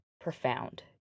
profound